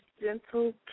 gentle